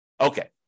Okay